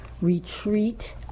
Retreat